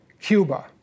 Cuba